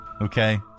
Okay